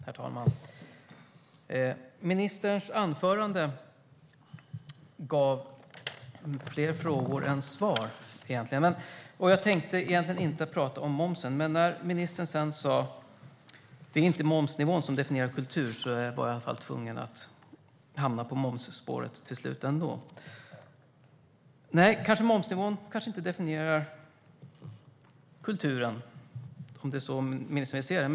Herr talman! Ministerns anförande gav fler frågor än svar. Jag tänkte egentligen inte tala om momsen, men när ministern sedan sa att det inte är momsnivån som definierar kultur blev jag ändå tvungen att hamna på momsspåret till slut. Nej, momsnivån kanske inte definierar kulturen, om det är så ministern vill se det.